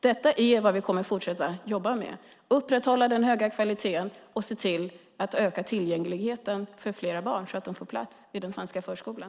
Detta är vad vi kommer att fortsätta att jobba med: att upprätthålla den höga kvaliteten och se till att öka tillgängligheten för fler barn så att de får plats i den svenska förskolan.